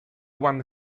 won